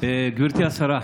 גברתי השרה,